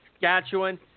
Saskatchewan